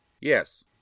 Yes